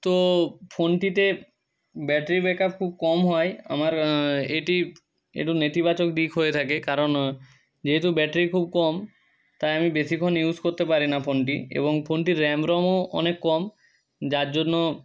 তো ফোনটিতে battery backup খুব কম হওয়ায় আমার এটি একটু নেতিবাচক দিক হয়ে থাকে কারণ যেহেতু ব্যাটারি খুব কম তাই আমি বেশিক্ষণ ইউজ করতে পারি না ফোনটি এবং ফোনটির র্যাম রমও অনেক কম যার জন্য